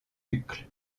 uccle